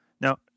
Now